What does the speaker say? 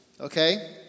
Okay